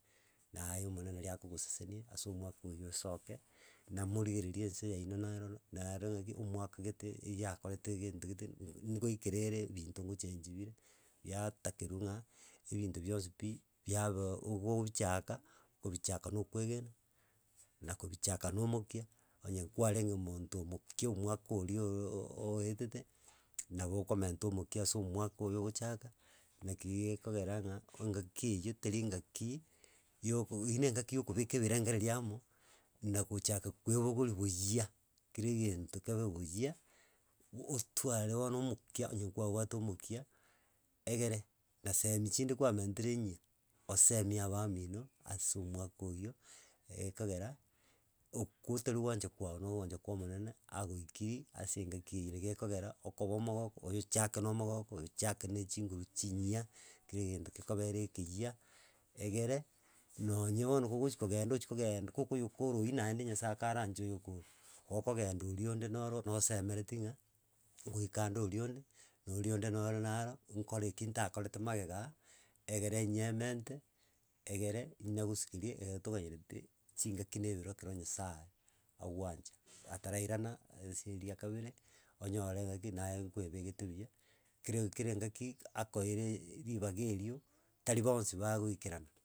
Naye omonene naria akogosesenia ase omwaka oywo osoke namorigererie ense yaino nero nero ng'aki omwaka gete eyakorete gento gete nigoikerere ebinto gochangi bire yatakerwa ng'a ebinto bionsi pi biaba ogogochaka kobichaka na okoegena nakobichaka na omokia onye nkwarenge monto mokia omwaka oria ooooooo oetete, nabo okomenta omokia ase omwaka oyo ogochaka, naki gekogera ng'a engaki eywo teri ngaki ya oko eywo na engaki ya kobeka ebirengereri amo na gochaka koebogoria buya, kera egento kebe buya ootware bono omokia onye kwabwate omokia, egere na semi chinde kwamentire enyia osemie abamino ase omwaka oywo ekogera oko otarigoancha kwago na goancha kwa omonene agoikiri ase engaki eywo re gekogera okoba omogoko oyochake na omogoko oyochake na chinguru chinyia kero egento kekobere ekiya, egere nonye bono kogochi kogenda ochi kogenda kokoyokora oywo naende nyasaye karanche oyokore, okongenda oria onde noro nosemereti ng'a goikande oria onde noria onde noro naro nkore ekio ntakorete magega, egere nyemente egere inagosukerie egere toganyeretie chingaki na eberwa ekero nyasaye agoancha. Atarairana ase ria kabere onyore ngaki naye nkwaebegete buya, kera kera engaki akoeireee ribaga erio tari bonsi bagoikerana.